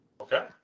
Okay